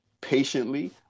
patiently